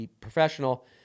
professional